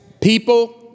People